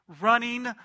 running